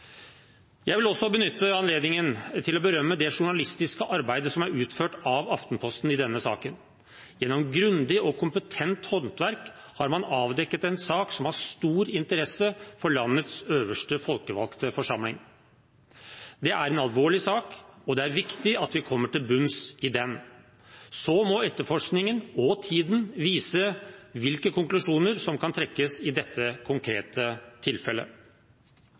Jeg vil også benytte anledningen til å berømme det journalistiske arbeidet som er utført av Aftenposten i denne saken. Gjennom grundig og kompetent håndverk har man avdekket en sak som har stor interesse for landets øverste folkevalgte forsamling. Det er en alvorlig sak, og det er viktig at vi kommer til bunns i den. Så må etterforskningen og tiden vise hvilke konklusjoner som kan trekkes i dette konkrete tilfellet.